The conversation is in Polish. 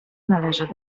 należę